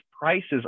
prices